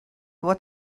what